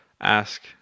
ask